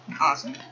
Awesome